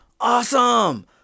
Awesome